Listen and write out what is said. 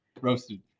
Roasted